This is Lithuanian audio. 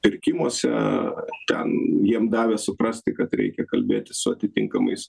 pirkimuose ten jiem davė suprasti kad reikia kalbėti su atitinkamais